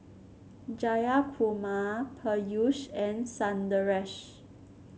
Jayakumar Peyush and Sundaresh